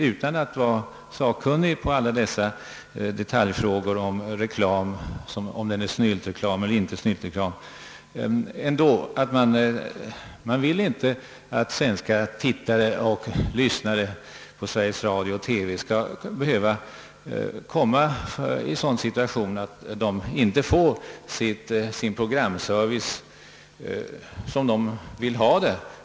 Utan att vara sakkunnig på alla dessa detaljfrågor om huruvida reklam är snyltreklam eller inte tycker jag att denna situation med litet större smidighet från bolagets sida borde ha kunnat undvikas. Tittare och lyssnare har rätt att få sin programservice sådan som de vill ha den.